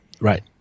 right